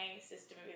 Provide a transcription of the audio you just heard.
system